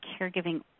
caregiving